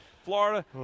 Florida